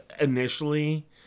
initially